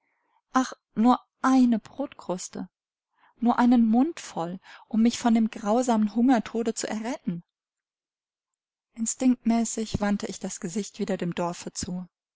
ach nur eine brotkruste nur einen mundvoll um mich von dem grausamen hungertode zu erretten instinktmäßig wandte ich das gesicht wieder dem dorfe zu